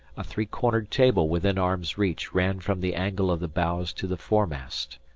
a three-cornered table within arm's reach ran from the angle of the bows to the foremast.